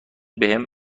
بهم